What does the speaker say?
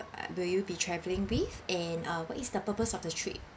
will you be travelling with and uh what is the purpose of the trip